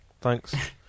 Thanks